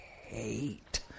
hate